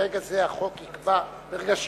ברגע זה החוק, ברגע שיאושר,